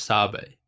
Sabe